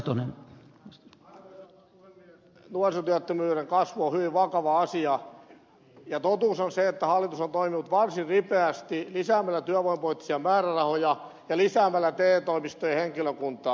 nuorisotyöttömyyden kasvu on hyvin vakava asia ja totuus on se että hallitus on toiminut varsin ripeästi lisäämällä työvoimapoliittisia määrärahoja ja lisäämällä te toimistojen henkilökuntaa